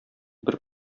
бер